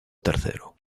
tercero